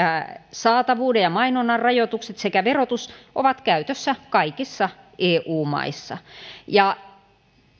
saatavuuden ja mainonnan rajoitukset sekä verotus ovat käytössä kaikissa eu maissa